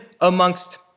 amongst